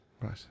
Right